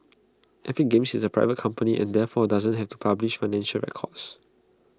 epic games is A private company and therefore doesn't have to publish financial records